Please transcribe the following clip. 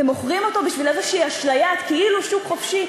אתם מוכרים אותו בשביל איזו אשליית כאילו שוק חופשי,